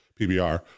PBR –